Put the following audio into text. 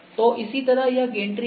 तो इसी तरह हम गैन्ट्री है